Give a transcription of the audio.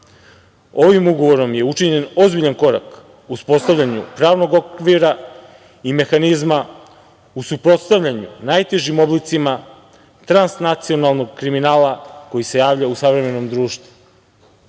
Ovim ugovorom je učinjen ozbiljan korak u uspostavljanju pravnog okvira i mehanizma u suprotstavljanju najtežim oblicima trans-nacionalnog kriminala koji se javlja u savremenom